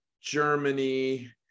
Germany